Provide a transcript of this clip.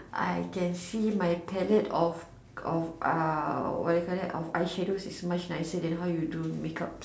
I can see my palette of of uh what you call that of eyeshadow is much nicer than how you do makeup